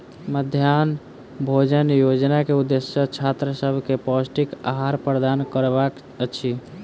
मध्याह्न भोजन योजना के उदेश्य छात्र सभ के पौष्टिक आहार प्रदान करबाक अछि